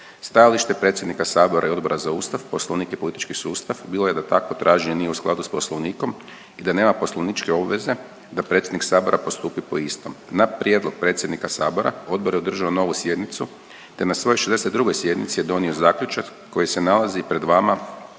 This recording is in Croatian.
Stajalište predsjednika sabora i Odbora za ustav, Poslovnik i politički sustav bilo je da takvo traženje nije u skladu s Poslovnikom i da nema poslovničke obveze da predsjednik sabora postupi po istom. Na prijedlog predsjednika sabora, Odbor je održao novu sjednicu te na svojoj 62. sjednici je donio zaključak koji se nalazi pred vama